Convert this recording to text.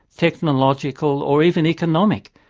technological or even economic.